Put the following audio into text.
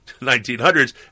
1900s